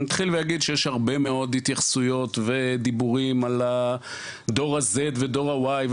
אתחיל ואגיד שיש הרבה מאוד התייחסויות ודיבורים על דור הזד ודור הוואי,